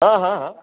હહહ